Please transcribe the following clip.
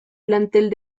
plantel